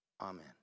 Amen